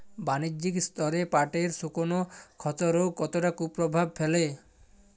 বাণিজ্যিক স্তরে পাটের শুকনো ক্ষতরোগ কতটা কুপ্রভাব ফেলে?